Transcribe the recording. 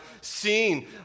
seen